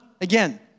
again